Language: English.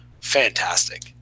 fantastic